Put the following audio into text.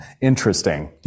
Interesting